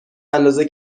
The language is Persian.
اندازه